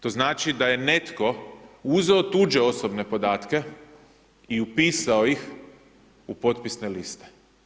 To znači da je netko uzeo tuđe osobne podatke i upisao ih u potpisne liste.